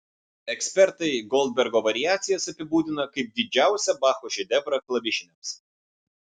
ekspertai goldbergo variacijas apibūdina kaip didžiausią bacho šedevrą klavišiniams